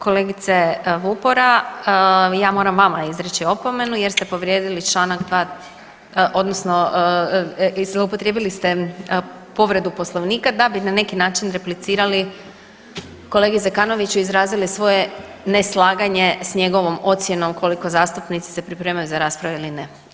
Kolegice Vupora, ja moram vama izreći opomenu jer ste povrijedili čl. 2, odnosno zloupotrijebili ste povredu Poslovnika da bi na neki način replicirali kolegi Zekanoviću, izrazili svoje neslaganje s njegovom ocjenom koliko zastupnici se pripremaju za rasprave ili ne.